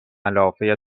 ملافه